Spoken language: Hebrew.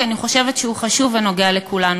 כי אני חושבת שהוא חשוב ונוגע לכולנו.